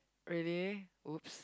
really whoops